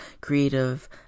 creative